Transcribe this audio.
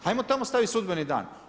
Ajmo tamo staviti sudbeni dan.